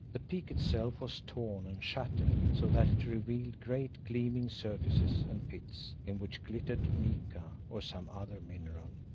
the peak itself was torn and shattered, so that it revealed great gleaming surfaces and pits, in which glittered mica, or some other mineral.